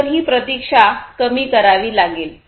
तर ही प्रतीक्षा कमी करावी लागेल